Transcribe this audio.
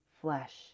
flesh